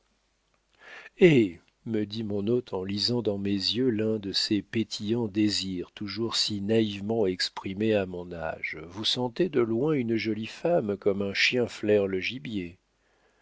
hé me dit mon hôte en lisant dans mes yeux l'un de ces pétillants désirs toujours si naïvement exprimés à mon âge vous sentez de loin une jolie femme comme un chien flaire le gibier